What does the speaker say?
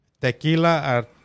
Tequila